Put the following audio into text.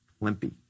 limpy